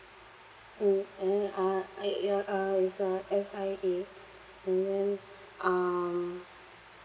mm and then uh I yeah uh is a S_I_A and then um